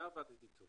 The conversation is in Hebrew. הייתה ועדת איתור.